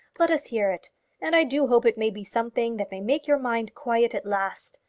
let us hear it and i do hope it may be something that may make your mind quiet at last.